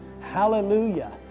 Hallelujah